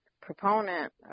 proponent